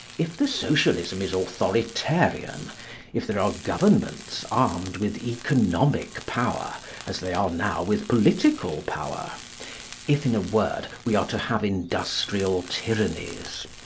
if the socialism is authoritarian if there are governments armed with economic power as they are now with political power if, in a word, we are to have industrial tyrannies,